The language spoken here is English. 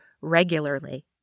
regularly